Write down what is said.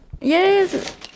Yes